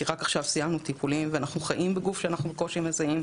כי רק עכשיו סיימנו טיפולים ואנחנו חיים בגוף שאנחנו בקושי מזהות,